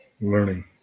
Learning